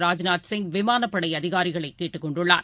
ராஜ்நாத் சிங் விமானப்படைஅதிகாரிகளைகேட்டுக் கொண்டுள்ளார்